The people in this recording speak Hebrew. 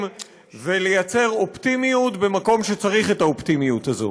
וליצור אופטימיות במקום שצריך את האופטימיות הזאת.